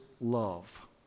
love